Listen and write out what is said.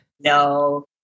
No